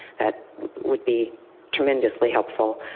that would be tremendously helpful.